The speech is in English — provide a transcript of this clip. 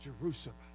Jerusalem